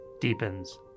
deepens